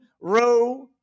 row